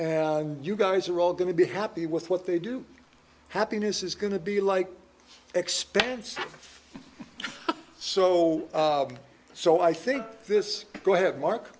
and you guys are all going to be happy with what they do happiness is going to be like expensive so so i think this go ahead mark